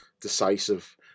decisive